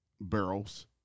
barrels